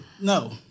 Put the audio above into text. No